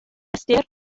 ystyr